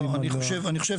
אני חושב